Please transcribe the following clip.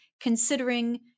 considering